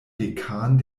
dekan